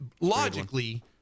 logically